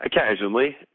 Occasionally